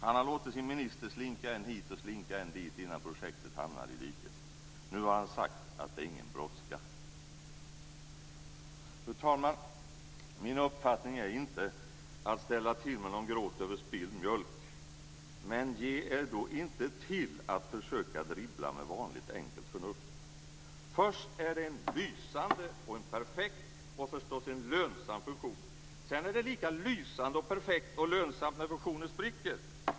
Han har låtit sin minister slinka än hit och slinka än dit innan projektet hamnade i diket. Nu har han sagt att det inte är någon brådska. Fru talman! Min uppfattning är inte att ställa till med någon gråt över spilld mjölk. Men ge er då inte till med att dribbla med vanligt enkelt förnuft. Först är det en lysande, perfekt och en förstås lönsam fusion! Sedan är det lika lysande, perfekt och lönsamt när fusionen spricker!